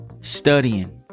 Studying